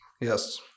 Yes